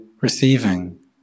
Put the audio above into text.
receiving